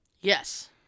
Yes